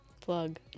Plug